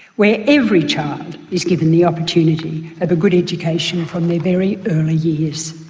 where every child is given the opportunity of a good education from their very early years.